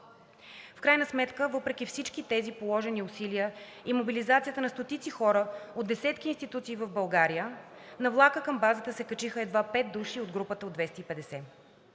В крайна сметка въпреки всички тези положени усилия и мобилизацията на стотици хора от десетки институции в България на влака към базата се качиха едва пет души от групата от 250.